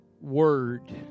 Word